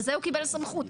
לזה הוא קיבל סמכות.